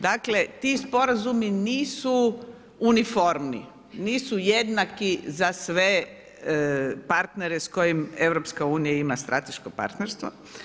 Dakle ti sporazumi nisu uniformni, nisu jednaki za sve partnere s kojim EU ima strateško partnerstvo.